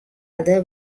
other